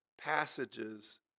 passages